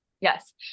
Yes